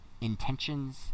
intentions